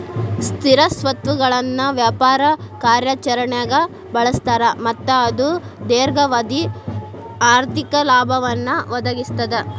ಸ್ಥಿರ ಸ್ವತ್ತುಗಳನ್ನ ವ್ಯಾಪಾರ ಕಾರ್ಯಾಚರಣ್ಯಾಗ್ ಬಳಸ್ತಾರ ಮತ್ತ ಅದು ದೇರ್ಘಾವಧಿ ಆರ್ಥಿಕ ಲಾಭವನ್ನ ಒದಗಿಸ್ತದ